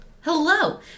hello